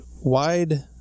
wide